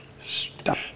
Stop